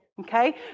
okay